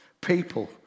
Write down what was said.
people